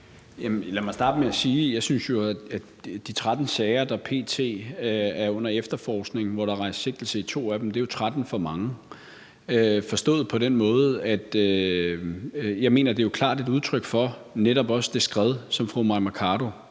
at sige, at jeg jo synes, at de 13 sager, der p.t. er under efterforskning, og hvor der er rejst sigtelse i to af dem, er 13 for mange, forstået på den måde, at jeg jo netop også mener, det er et klart udtryk for det skred, som fru Mai Mercado også